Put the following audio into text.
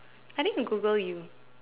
I think I'll Google you